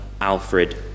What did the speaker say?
Alfred